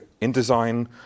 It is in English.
InDesign